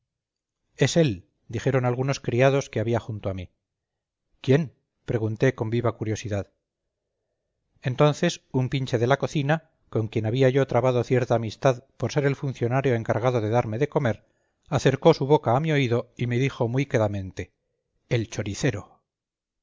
es él dijeron algunos criados que había junto a mí quién pregunté con viva curiosidad entonces un pinche de la cocina con quien había yo trabado cierta amistad por ser el funcionario encargado de darme de comer acercó su boca a mi oído y me dijo muy quedamente el choricero